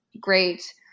great